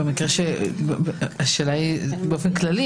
השאלה באופן כללי